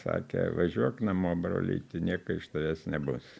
sakė važiuok namo brolyti nieko iš tavęs nebus